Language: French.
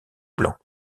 blanc